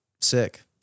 sick